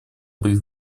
будет